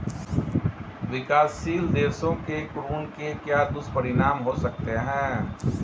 विकासशील देशों के ऋण के क्या दुष्परिणाम हो सकते हैं?